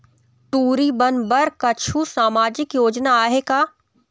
टूरी बन बर कछु सामाजिक योजना आहे का?